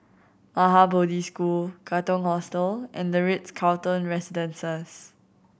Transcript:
Maha Bodhi School Katong Hostel and The Ritz Carlton Residences